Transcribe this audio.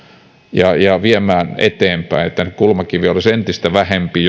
ja ja viemään eteenpäin niin että niitä kulmakiviä jotka johtavat putoamiseen olisi entistä vähempi